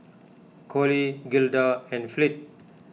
Cole Gilda and Fleet